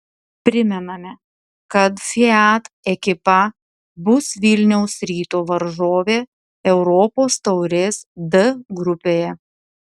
primename kad fiat ekipa bus vilniaus ryto varžovė europos taurės d grupėje